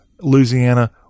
Louisiana